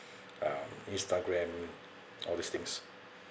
um Intagram all this things